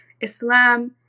Islam